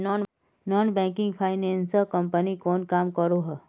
Non banking finance company की काम करोहो?